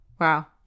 Wow